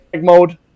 mode